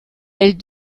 elles